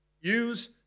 Use